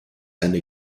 eine